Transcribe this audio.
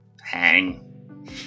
hang